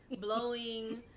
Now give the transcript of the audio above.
blowing